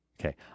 Okay